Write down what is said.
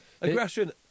Aggression